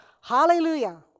hallelujah